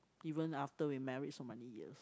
even after we married so many years